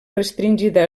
restringida